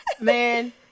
man